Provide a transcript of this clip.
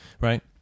right